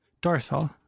Dorsal